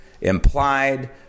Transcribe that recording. implied